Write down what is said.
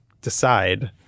decide